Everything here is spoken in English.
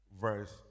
verse